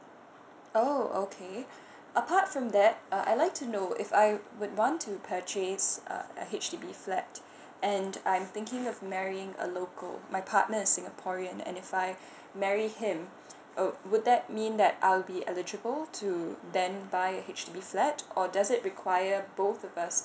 oh okay apart from that uh I'd like to know if I would want to purchase uh a H_D_B flat and I am thinking of marrying a local my partner is singaporean and if I marry him uh would that mean that I'll be eligible to then buy a H_D_B flat or does it require both with us